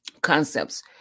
concepts